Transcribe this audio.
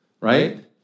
Right